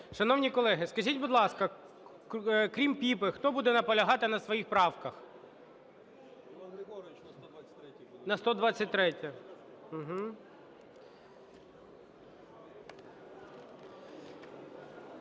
Шановні колеги, скажіть, будь ласка, крім Піпи хто буде наполягати на своїх правках? На 123-й.